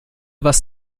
was